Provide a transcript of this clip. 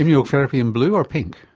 immunotherapy in blue or pink?